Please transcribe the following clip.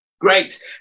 Great